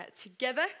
together